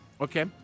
Okay